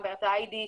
את ה-ID,